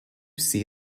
see